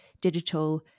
digital